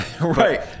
right